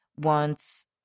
wants